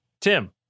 tim